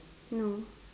no